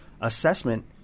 Assessment